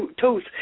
toes